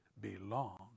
belong